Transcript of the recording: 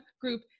group